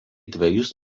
dvejus